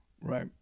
Right